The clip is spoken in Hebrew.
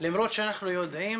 למרות שאנחנו יודעים